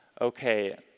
okay